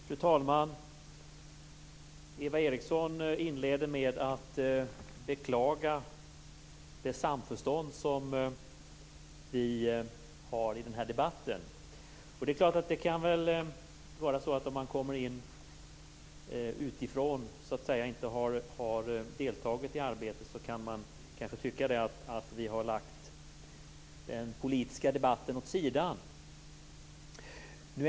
Fru talman! Eva Eriksson inledde med att beklaga det samförstånd som vi har i den här debatten. Man kan kanske när man kommer in utifrån utan att deltagit i arbetet tycka att vi har lagt den politiska debatten åt sidan.